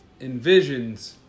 envisions